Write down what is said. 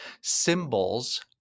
symbols